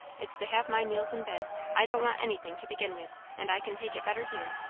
it's to have my meals in bed. i don't want anything, to begin with and i can take it better here.